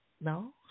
No